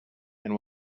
and